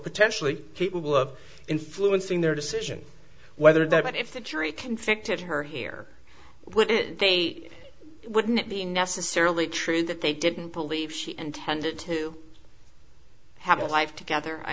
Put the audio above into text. potentially capable of influencing their decision whether that if the jury convicted her here would they wouldn't be necessarily true that they didn't believe she intended to i have a life together i